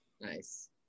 Nice